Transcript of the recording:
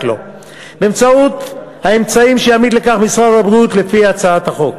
לו באמצעים שיעמיד לכך משרד הבריאות לפי הצעת החוק.